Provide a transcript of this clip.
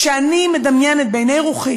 אבל כשאני מדמיינת בעיני רוחי